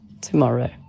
tomorrow